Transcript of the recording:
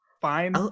fine